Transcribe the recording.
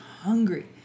hungry